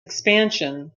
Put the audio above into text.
expansion